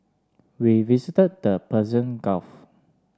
we visited the Persian Gulf